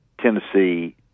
Tennessee